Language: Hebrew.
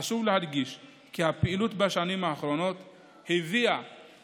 חשוב להדגיש כי הפעילות בשנים האחרונות הביאה